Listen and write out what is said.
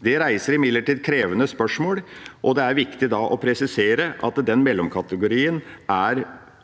Det reiser imidlertid krevende spørsmål, og det er viktig da å presisere at den mellomkategorien er